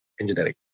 engineering